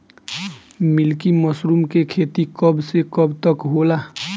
Milky mushroom के खेती कब से कब तक होला?